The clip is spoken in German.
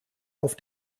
auf